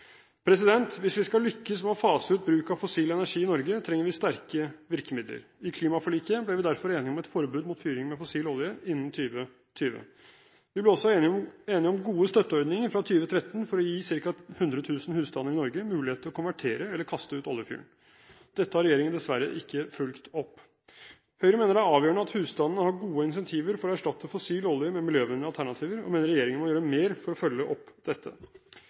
Hvis vi skal lykkes med å fase ut bruk av fossil energi i Norge, trenger vi sterke virkemidler. I klimaforliket ble vi derfor enige om et forbud mot fyring med fossil olje innen 2020. Vi ble også enige om gode støtteordninger fra 2013 for å gi ca. 100 000 husstander i Norge mulighet til å konvertere eller kaste ut oljefyren. Dette har regjeringen dessverre ikke fulgt opp. Høyre mener det er avgjørende at husstandene har gode incentiver for å erstatte fossil olje med miljøvennlige alternativer, og mener regjeringen må gjøre mer for å følge opp dette.